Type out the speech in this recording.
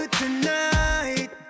tonight